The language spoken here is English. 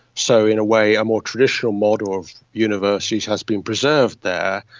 so in a way a more traditional model of universities has been preserved there,